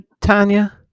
Tanya